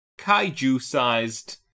kaiju-sized